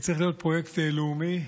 צריך להיות פרויקט לאומי.